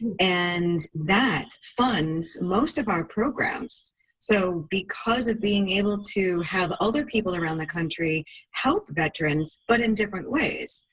and that funds most of our programs so because of being able to have other people around the country help veterans, but in different ways.